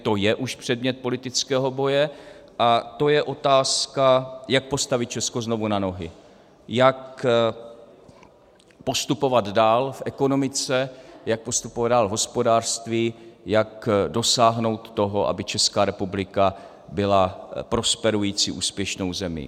To je už předmět politického boje a to je otázka, jak postavit Česko znovu na nohy, jak postupovat dál v ekonomice, jak postupovat dál v hospodářství, jak dosáhnout toho, aby Česká republika byla prosperující, úspěšnou zemí.